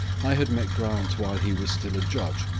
i had met grant while he was still a judge,